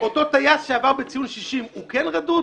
אותו טייס שעבר בציון 60 הוא כן רדוד?